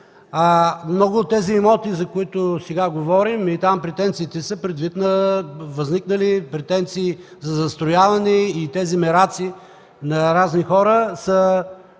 много от тези имоти, за които сега говорим, там претенциите са предвид възникнали претенции за застрояване и тези мераци на разни хора са